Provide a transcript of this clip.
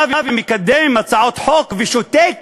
בא ומקדם הצעות חוק ושותק